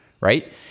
right